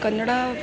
Kannada